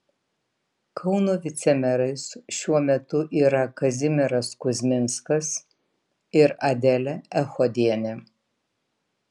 kauno vicemerais šiuo metu yra kazimieras kuzminskas ir adelė echodienė